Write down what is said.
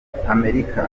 amerika